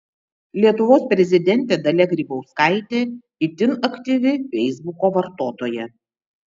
lietuvos prezidentė dalia grybauskaitė itin aktyvi feisbuko vartotoja